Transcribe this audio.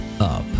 up